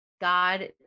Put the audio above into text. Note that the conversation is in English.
God